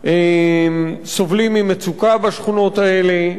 סובלים ממצוקה בשכונות האלה,